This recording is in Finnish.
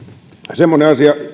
semmoinen asia